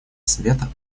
совета